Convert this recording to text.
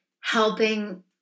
helping